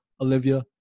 Olivia